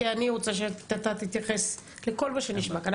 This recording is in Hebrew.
כי אני רוצה שאתה תתייחס לכל מה שנשמע כאן,